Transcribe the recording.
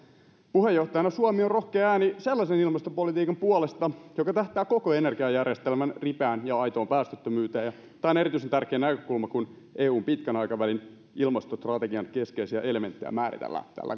puheenjohtajana suomi on rohkea ääni sellaisen ilmastopolitiikan puolesta joka tähtää koko energiajärjestelmän ripeään ja aitoon päästöttömyyteen tämä on erityisen tärkeä näkökulma kun eun pitkän aikavälin ilmastostrategian keskeisiä elementtejä määritellään tällä